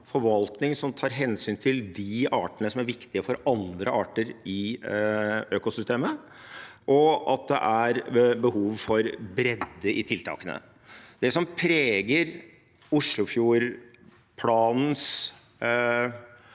forvaltning som tar hensyn til de artene som er viktige for andre arter i økosystemet, og at det er behov for bredde i tiltakene. Det som preger Oslofjord-planens